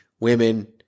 women